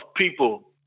people